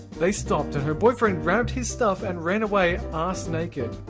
they stopped, and her boyfriend grabbed his stuff and ran away ah ass-naked.